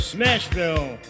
Smashville